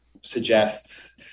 suggests